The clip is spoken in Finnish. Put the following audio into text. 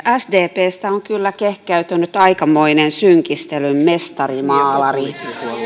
sdpstä on kyllä kehkeytynyt aikamoinen synkistelyn mestarimaalari